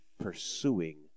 pursuing